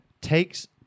takes